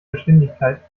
geschwindigkeit